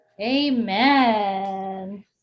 Amen